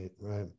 right